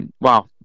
wow